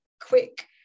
quick